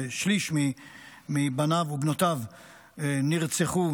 ששליש מבניו ובנותיו נרצחו,